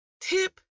Tip